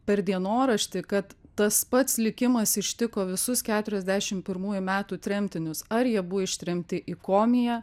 per dienoraštį kad tas pats likimas ištiko visus keturiasdešim pirmųjų metų tremtinius ar jie buvo ištremti į komiją